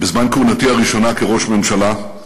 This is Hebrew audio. בזמן כהונתי הראשונה כראש ממשלה,